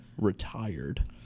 retired